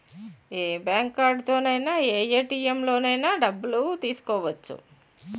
ఏ bank కార్డుతోనైన ఏ ATM లోనైన డబ్బులు తీసుకోవచ్చు